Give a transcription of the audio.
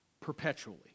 perpetually